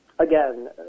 Again